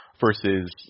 versus